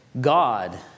God